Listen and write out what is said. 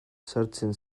sartzen